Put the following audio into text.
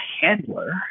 handler